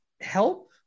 help